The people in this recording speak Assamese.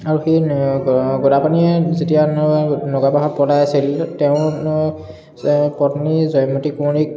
আৰু সেই গদাপাণিয়ে যেতিয়া নগাপাহাৰত পলাই আছিল তেওঁ জয়মতী কোঁৱৰীক